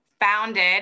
founded